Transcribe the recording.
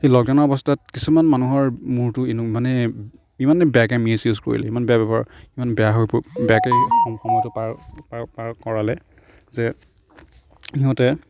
সেই লকডাউনৰ অৱস্থাত কিছুমান মানুহৰ মূৰটো মানে ইমানে বেয়াকৈ মিচইউজ কৰিলে ইমান বেয়া ব্যৱহাৰ ইমান বেয়া পাৰ কৰালে যে সিঁহতে